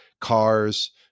cars